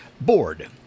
bored